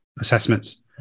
assessments